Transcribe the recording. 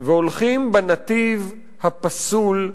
והולכים בנתיב הפסול,